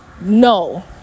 no